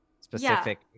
Specific